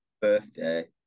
birthday